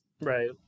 Right